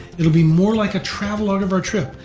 it'll be more like a travelog of our trip,